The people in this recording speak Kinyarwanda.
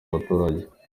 baturage